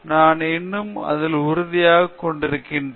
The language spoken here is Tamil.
நான் இன்னும் அதில் உறுதியாக போய்க்கொண்டிருக்கிறேன்